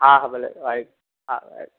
हा हा भले वाहेगुरु हा वाहेगुरु